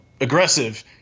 aggressive